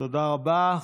תודה רבה.